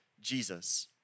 Jesus